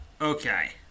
Okay